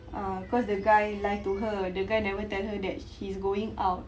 err cause the guy lied to her the guy never tell her that he's going out